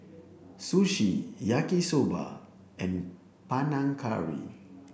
sushi yaki soba and Panang Curry